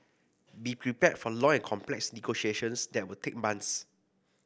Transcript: be prepared for long and complex negotiations that will take months